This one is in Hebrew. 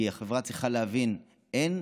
כי החברה צריכה להבין: אין